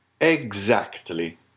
Exactly